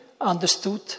understood